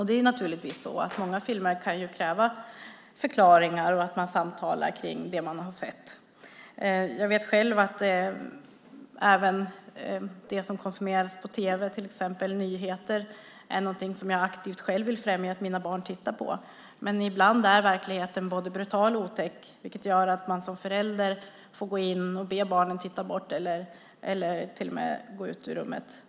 Det är naturligtvis så att många filmer kan kräva förklaringar och att man samtalar om det som man har sett. Jag vill själv aktivt främja att mina barn tittar på till exempel nyheter. Men ibland är verkligheten påtaglig, brutal och otäck, vilket gör att man som förälder får be barnen titta bort eller till och med gå ut ur rummet.